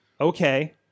okay